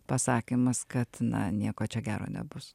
pasakymas kad na nieko čia gero nebus